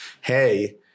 hey